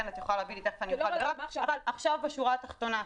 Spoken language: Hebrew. בשורה התחתונה: